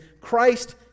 Christ